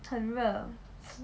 很热